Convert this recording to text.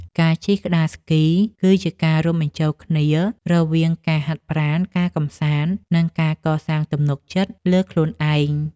ការជិះក្ដារស្គីគឺជាការរួមបញ្ចូលគ្នារវាងការហាត់ប្រាណ ការកម្សាន្ត និងការកសាងទំនុកចិត្តលើខ្លួនឯង។